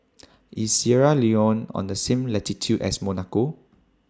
IS Sierra Leone on The same latitude as Monaco